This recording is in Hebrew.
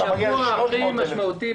אתה מגיע ל-300 אלף חולים.